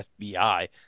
FBI